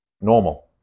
normal